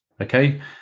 Okay